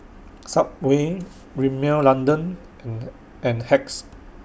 Subway Rimmel London and and Hacks